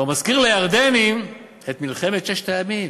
כבר מזכיר לירדנים את מלחמת ששת הימים.